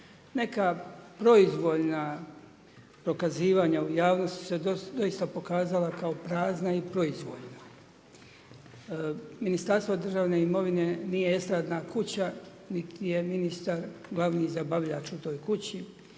Neka proizvoljna dokazivanja u javnosti su se doista pokazala kao prazna i proizvoljna. Ministarstvo državna imovine nije estradna kuća niti je ministar glavni zabavljač u toj kući,